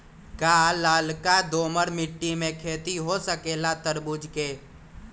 का लालका दोमर मिट्टी में खेती हो सकेला तरबूज के?